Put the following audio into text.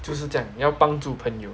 就是这样要帮助朋友